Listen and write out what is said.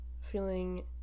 feeling